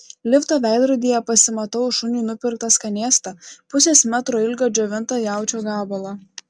lifto veidrodyje pasimatavau šuniui nupirktą skanėstą pusės metro ilgio džiovintą jaučio gabalą